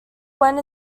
went